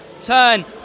turn